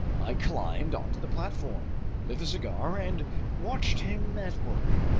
i climbed onto the platform, lit a cigar, and watched him at work.